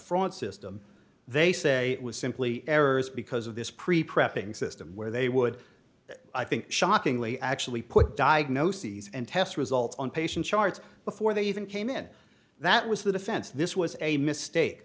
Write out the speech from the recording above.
fraud system they say was simply errors because of this pre press being system where they would i think shockingly actually put diagnoses and test results on patient charts before they even came in that was the defense this was a mistake